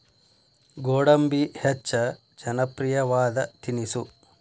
ಗೋಡಂಬಿ ಹೆಚ್ಚ ಜನಪ್ರಿಯವಾದ ತಿನಿಸು